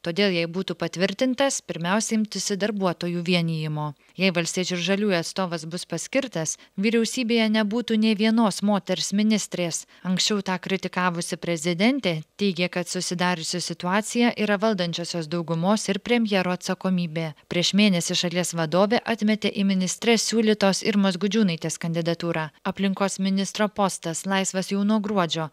todėl jei būtų patvirtintas pirmiausia imtųsi darbuotojų vienijimo jei valstiečių ir žaliųjų atstovas bus paskirtas vyriausybėje nebūtų nei vienos moters ministrės anksčiau tą kritikavusi prezidentė teigė kad susidariusi situacija yra valdančiosios daugumos ir premjero atsakomybė prieš mėnesį šalies vadovė atmetė į ministres siūlytos irmos gudžiūnaitės kandidatūrą aplinkos ministro postas laisvas jau nuo gruodžio